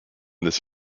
this